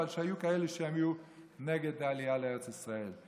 אלא שהיו כאלה שהם היו נגד העלייה לארץ ישראל.